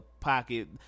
Pocket